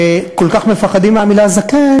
וכל כך מפחדים מהמילה זקן,